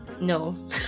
no